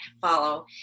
follow